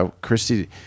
Christy